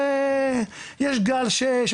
יש גל שישי,